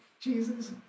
Jesus